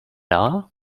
all